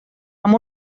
amb